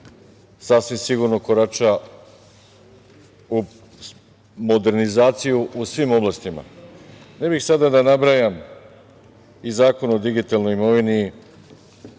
sasvim sigurno korača u modernizaciju u svim oblastima. Ne bih sada da nabrajam i Zakon o digitalnoj imovini i